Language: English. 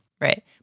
Right